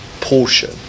portion